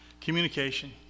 Communication